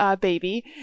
baby